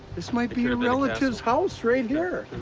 this might be your relative's house right here.